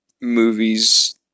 movies